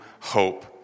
Hope